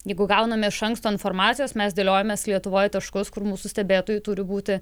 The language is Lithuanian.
jeigu gauname iš anksto informacijos mes dėliojamės lietuvoj taškus kur mūsų stebėtojai turi būti